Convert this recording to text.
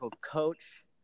Coach